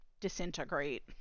disintegrate